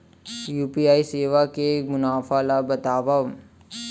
UPI सेवा के मुनाफा ल बतावव?